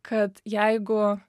kad jeigu